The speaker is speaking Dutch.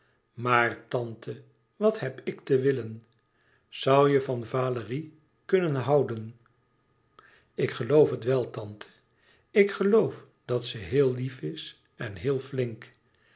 maar tante wat heb ik te willen zoû je van valérie kunnen houden ik geloof het wel tante ik geloof dat ze heel lief is en heel flink